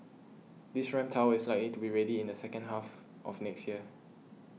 this ramp tower is likely to be ready in the second half of next year